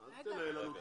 אני אתן לך.